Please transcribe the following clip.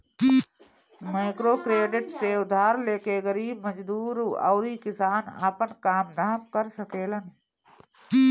microcredit से उधार लेके गरीब मजदूर अउरी किसान आपन काम धाम कर सकेलन